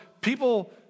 people